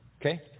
Okay